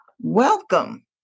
welcome